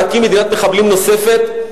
להקים מדינת מחבלים נוספת?